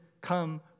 come